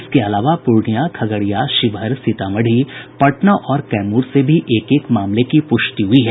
इसके अलावा पूर्णिया खगड़िया शिवहर सीतामढ़ी पटना और कैमूर से भी एक एक मामले की पूष्टि हुई है